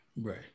right